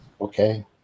Okay